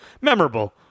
memorable